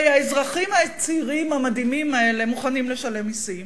הרי האזרחים הצעירים המדהימים האלה מוכנים לשלם מסים,